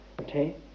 Okay